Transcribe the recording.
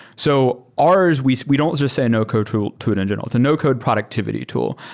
so ours, we we don't just say no-code tool tool in general. it's a no-code productivity tool.